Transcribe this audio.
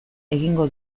egingo